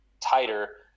tighter